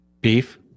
Beef